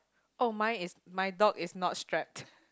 oh mine is my dog is not strapped